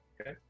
Okay